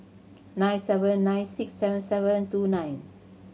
nine seven nine six seven seven two nine